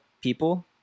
people